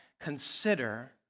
consider